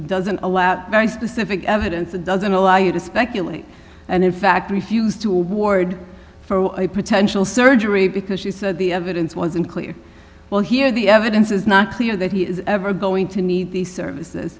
doesn't allow very specific evidence that doesn't allow you to speculate and in fact refused to ward for a potential surgery because she said the evidence was unclear well here the evidence is not clear that he is ever going to need these services